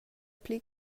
pli